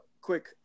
quick